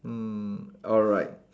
mm alright